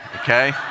okay